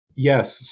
Yes